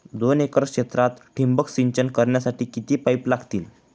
दोन एकर क्षेत्रात ठिबक सिंचन करण्यासाठी किती पाईप लागतील?